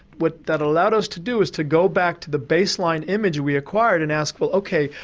what that allowed us to do was to go back to the baseline image we acquired and ask well ok,